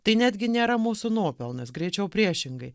tai netgi nėra mūsų nuopelnas greičiau priešingai